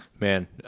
Man